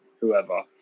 whoever